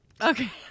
Okay